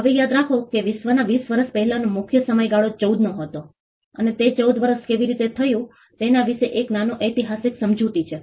હવે યાદ રાખો કે વિશ્વના આ 20 વર્ષ પહેલાનો મુખ્ય સમયગાળો 14 નો હતો અને તે 14 વર્ષ કેવી રીતે થયું તેના વિશે એક નાનો ઐતિહાસિક સમજૂતી છે